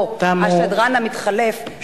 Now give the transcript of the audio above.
או השדרן המתחלף פה על הכיסא.